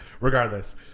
Regardless